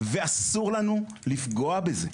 ואסור לנו לפגוע בזה.